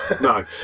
No